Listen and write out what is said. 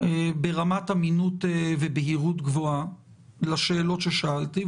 ברמת אמינות ובהירות גבוהה לשאלות ששאלתי,